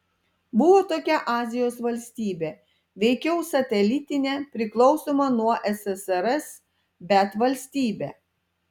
buvo tokia azijos valstybė veikiau satelitinė priklausoma nuo ssrs bet valstybė